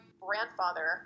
grandfather